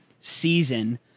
season